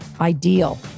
ideal